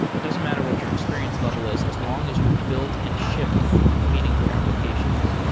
it doesn't matter what your experience level is as long as you have built and shipped meaningful applications.